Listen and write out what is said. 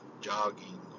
jogging